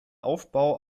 aufbau